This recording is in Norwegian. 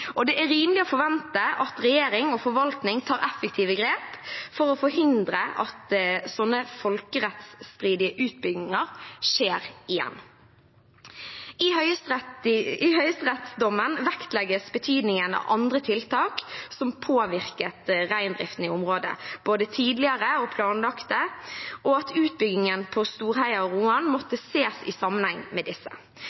og det er rimelig å forvente at regjering og forvaltning tar effektive grep for å forhindre at slike folkerettsstridige utbygginger skjer igjen. I høyesterettsdommen vektlegges betydningen av andre tiltak som påvirket reindriften i området, både tidligere og planlagte, og at utbyggingen på Storheia og Roan